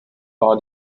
war